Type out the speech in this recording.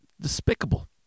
despicable